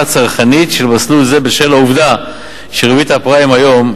צרכנית של מסלול זה בשל העובדה שריבית הפריים היום,